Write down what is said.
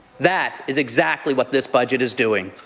that is exactly what this budget is doing.